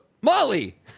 Molly